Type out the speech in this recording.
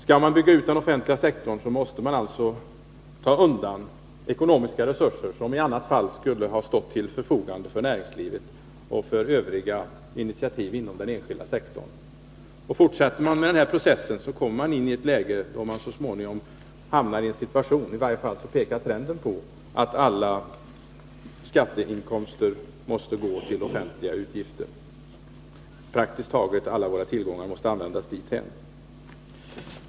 Skall man bygga ut den offentliga sektorn, måste man alltså ta undan ekonomiska resurser som i annat fall skulle ha stått till förfogande för näringslivet och för övriga initiativ inom den enskilda sektorn. Fortsätter man med den här processen, hamnar man så småningom i ett läge —i varje fall pekar trenden på det — där praktiskt taget alla våra inkomster måste gå till offentliga utgifter.